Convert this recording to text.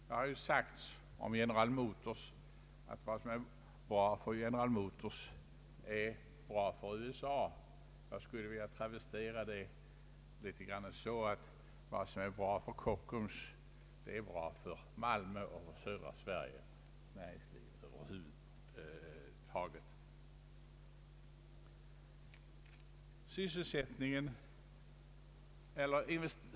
Det har sagts om General Motors att ”vad som är bra för General Motors är bra för USA”. Jag skulle vilja travestera detta uttryck något och med viss överdrift säga att ”vad som är bra för Kockums är bra för Malmö och för södra Sveriges näringsliv över huvud taget”.